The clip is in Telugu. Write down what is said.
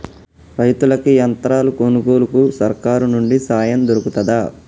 రైతులకి యంత్రాలు కొనుగోలుకు సర్కారు నుండి సాయం దొరుకుతదా?